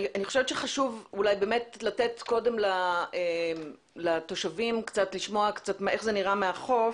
חשוב לשמוע מהתושבים איך זה נראה מהחוף